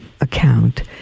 account